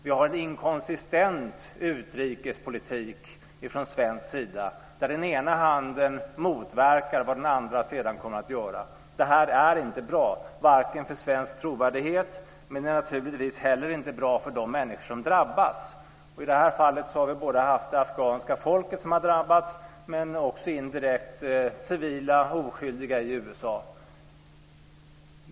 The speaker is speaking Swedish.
Vi har en inkonsistent utrikespolitik från svensk sida, där den ena handen motverkar vad den andra sedan kommer att göra. Det här är inte bra för svensk trovärdighet, men det är naturligtvis inte heller bra för de människor som drabbas. I det här fallet har det afghanska folket drabbats men också indirekt civila oskyldiga i USA.